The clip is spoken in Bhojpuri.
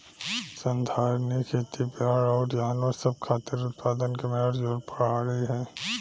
संधारनीय खेती पेड़ अउर जानवर सब खातिर उत्पादन के मिलल जुलल प्रणाली ह